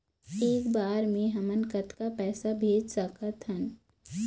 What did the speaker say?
एक बर मे हमन कतका पैसा भेज सकत हन?